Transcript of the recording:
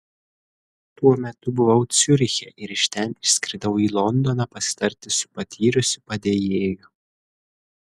tuo metu buvau ciuriche ir iš ten išskridau į londoną pasitarti su patyrusiu padėjėju